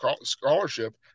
scholarship